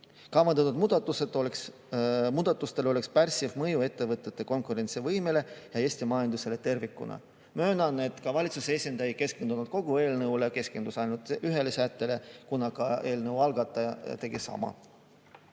Kavandatud muudatustel oleks pärssiv mõju ettevõtete konkurentsivõimele ja Eesti majandusele tervikuna. Möönan, et ka valitsuse esindaja ei keskendunud kogu eelnõule, ta keskendus ainult ühele sättele, kuna ka eelnõu algataja tegi sama.